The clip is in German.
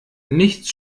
nichts